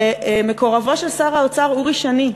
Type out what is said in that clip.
שמקורבו של שר האוצר, אורי שני,